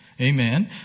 Amen